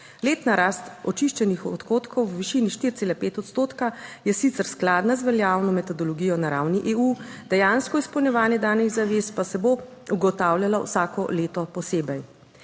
Letna rast očiščenih odhodkov v višini 4,5 odstotka je sicer skladna z veljavno metodologijo na ravni EU, dejansko izpolnjevanje danih zavez pa se bo ugotavljalo vsako leto posebej.